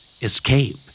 Escape